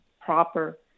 proper